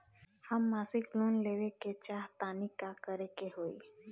हम मासिक लोन लेवे के चाह तानि का करे के होई?